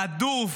רדוף,